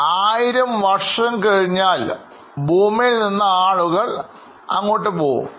ആയിരം വർഷം കഴിഞ്ഞാൽ ഭൂമിയിൽ നിന്ന് ആളുകൾ പോകും